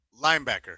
linebacker